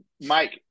Mike